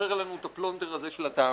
ולשחרר לנו את הפלונטר הזה של הטעמים.